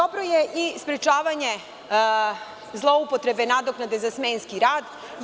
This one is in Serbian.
Dobro je i sprečavanje zloupotrebe nadoknade za smenski rad.